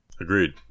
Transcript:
Agreed